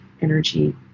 energy